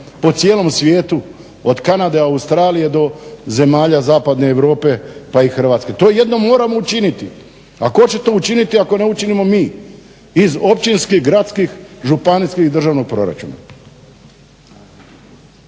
po cijelom svijetu od Kanade, Australije do zemalja zapadne Europe pa i Hrvatske. To jednom moramo učiniti. A tko će to učiniti ako ne učinimo mi iz općinskih, gradskih, županijskih i državnog proračuna?